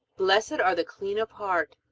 blessed are the clean of heart,